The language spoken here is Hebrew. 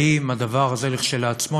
האם הדבר הזה כשלעצמו,